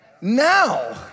now